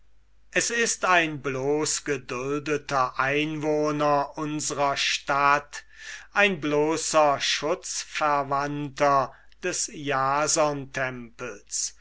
es ist ein bloßer geduldeter einwohner unsrer stadt ein bloßer schutzverwandter des